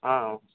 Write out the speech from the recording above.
ஆ